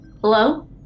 Hello